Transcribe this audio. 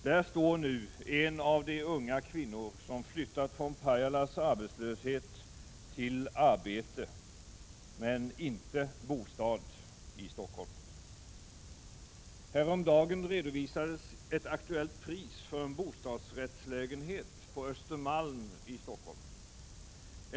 Där står nu en av de unga kvinnor som flyttat från Pajalas arbetslöshet till arbete — men inte bostad — i Stockholm. Häromdagen redovisades ett aktuellt pris för en bostadsrättslägenhet på Östermalm i Stockholm.